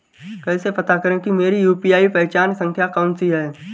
कैसे पता करें कि मेरी यू.पी.आई पहचान संख्या कौनसी है?